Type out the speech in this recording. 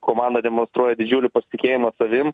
komanda demonstruoja didžiulį pasitikėjimą savim